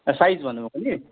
size भन्नुभएको नि